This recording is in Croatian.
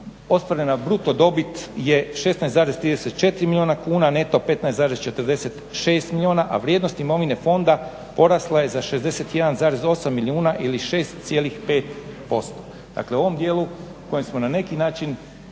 ostvarena bruto dobit je 16,34 milijuna kuna, neto 15,46 milijuna, a vrijednost imovine fonda porasla je za 61,8 milijuna ili 6,5%. Dakle u ovom dijelu kojim smo na neki način